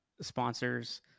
sponsors